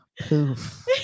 Poof